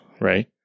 right